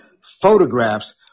photographs